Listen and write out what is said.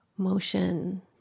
motion